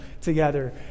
together